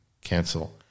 cancel